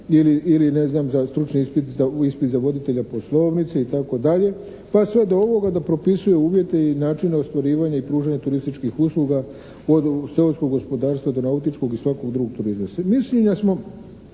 ispit, ispit za voditelja poslovnice itd. pa sve do ovoga da propisuje uvjete i načine ostvarivanja i pružanja turističkih usluga od seoskog gospodarstva do nautičkog do svakog drugog turizma.